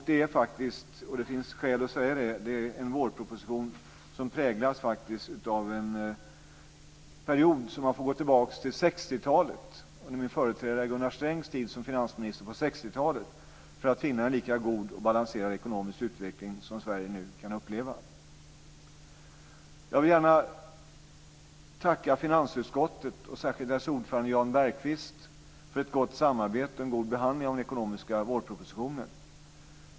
Det är faktiskt - och det finns skäl att säga det - en vårproposition som präglas av den period som Sverige nu kan uppleva, och man får gå tillbaka till min företrädare Gunnar Strängs tid som finansminister på 60-talet för att finna en lika god och balanserad ekonomisk utveckling som nu. Jag vill gärna tacka finansutskottet, och särskilt dess ordförande Jan Bergqvist för ett gott samarbete och en god behandling av den ekonomiska vårpropositionen.